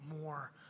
more